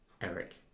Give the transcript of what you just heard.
Eric